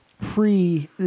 pre